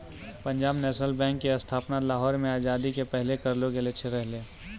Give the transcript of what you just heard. Punjab national bank के स्थापना लाहौर मे आजादी के पहिले करलो गेलो रहै